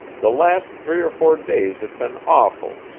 the last three or four days had been awful,